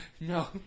No